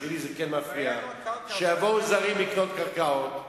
לי זה מפריע שיבואו זרים לקנות קרקעות.